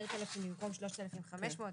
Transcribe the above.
10,000 במקום 3,500,